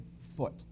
foot